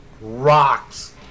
rocks